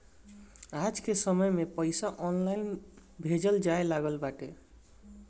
आजके समय में पईसा ऑनलाइन भेजल जाए लागल बाटे